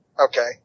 okay